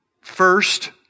first